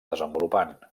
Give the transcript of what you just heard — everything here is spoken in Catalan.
desenvolupant